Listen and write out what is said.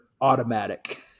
automatic